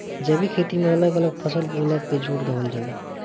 जैविक खेती में अलग अलग फसल बोअला पे जोर देहल जाला